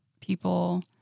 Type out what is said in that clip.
people